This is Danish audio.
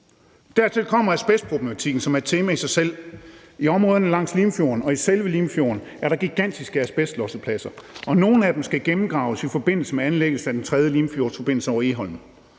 Dertil kommer asbestproblematikken, som er et tema i sig selv. I områderne langs Limfjorden og i selve Limfjorden er der gigantiske asbestlossepladser, og nogle af dem skal gennemgraves i forbindelse med anlæggelsen af Den 3. Limfjordsforbindelse over Egholm.